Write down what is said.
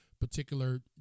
particular